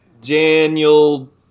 Daniel